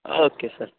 okay sir